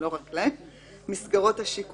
אני צוחק.